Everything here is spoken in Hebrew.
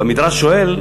והמדרש שואל,